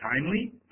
timely